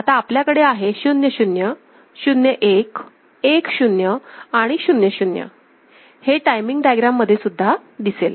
आता आपल्याकडे आहे 0 0 0 1 1 0आणि 0 0 हे टायमिंग डायग्राम मध्ये सुद्धा दिसेल